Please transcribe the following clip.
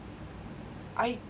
I